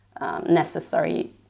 necessary